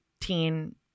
teen